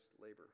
labor